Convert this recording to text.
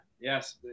Yes